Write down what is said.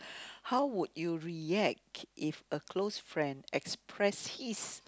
how would you react if a close friend expressed his